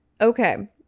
Okay